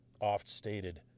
oft-stated